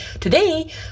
Today